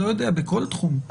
בכל תחום.